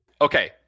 Okay